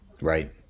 Right